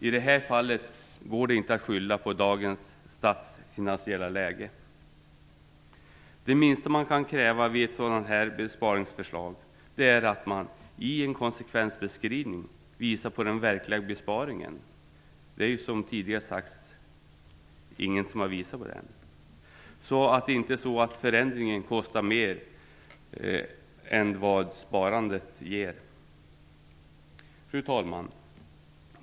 I det här fallet går det inte att skylla på dagens statsfinansiella läge. Det minsta man kan kräva vid ett sådant här besparingsförslag är att man i en konsekvensbeskrivning visar på den verkliga besparingen, så att inte förändringen kostar mer än vad sparandet ger. Det är, som tidigare sagts, ingen som har gjort en sådan än. Fru talman!